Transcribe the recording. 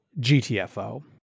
GTFO